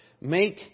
make